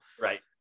Right